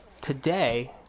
today